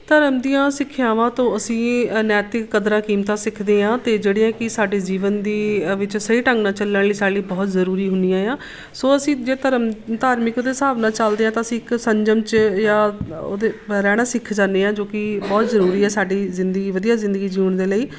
ਧਰਮ ਦੀਆਂ ਸਿੱਖਿਆਵਾਂ ਤੋਂ ਅਸੀਂ ਅਨੈਤਿਕ ਕਦਰਾਂ ਕੀਮਤਾਂ ਸਿੱਖਦੇ ਹਾਂ ਅਤੇ ਜਿਹੜੀਆਂ ਕਿ ਸਾਡੇ ਜੀਵਨ ਦੇ ਵਿੱਚ ਸਹੀ ਢੰਗ ਨਾਲ ਚੱਲਣ ਲਈ ਸਾਡੇ ਲਈ ਬਹੁਤ ਜ਼ਰੂਰੀ ਹੁੰਦੀਆਂ ਆ ਸੋ ਅਸੀਂ ਜੇ ਧਰਮ ਧਾਰਮਿਕ ਦੇ ਹਿਸਾਬ ਨਾਲ ਚੱਲਦੇ ਹਾਂ ਤਾਂ ਅਸੀਂ ਇੱਕ ਸੰਜਮ 'ਚ ਜਾਂ ਉਹਦੇ ਰਹਿਣਾ ਸਿੱਖ ਜਾਂਦੇ ਹਾਂ ਜੋ ਕਿ ਬਹੁਤ ਜ਼ਰੂਰੀ ਹੈ ਸਾਡੀ ਜ਼ਿੰਦਗੀ ਵਧੀਆ ਜ਼ਿੰਦਗੀ ਜਿਉਣ ਦੇ ਲਈ